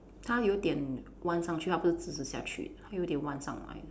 他有点弯上去 qu 他不是直直下去他有一点弯上来的